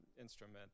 instrument